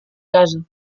casa